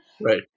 Right